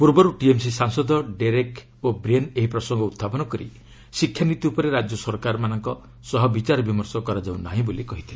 ପୂର୍ବରୁ ଟିଏମ୍ସି ସାଂସଦ Derek O'Brien ଏହି ପ୍ରସଙ୍ଗ ଉଞ୍ଚାପନ କରି ଶିକ୍ଷା ନୀତି ଉପରେ ରାଜ୍ୟ ସରକାରମାନଙ୍କ ସହ ବିଚାରବିମର୍ଷ କରାଯାଉ ନାହିଁ ବୋଲି କହିଥିଲେ